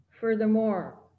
Furthermore